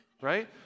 right